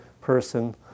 person